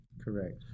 Correct